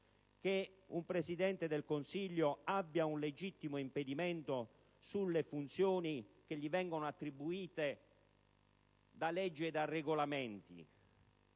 che un Presidente del Consiglio abbia un legittimo impedimento per le funzioni che gli vengono attribuite da leggi e da regolamenti,